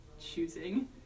choosing